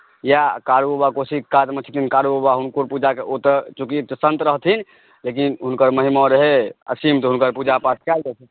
या कारूबाबा कोशीके कातमे छथिन कारूबाबा हुनको पूजा ओतय चूँकि सन्त रहथिन लेकिन हुनकर महिमा रहै असीम तऽ हुनकर पूजा पाठ कयल जाइत छै